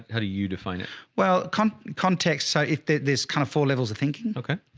how do you define it? well, con context. so if there's kind of four levels of thinking, okay,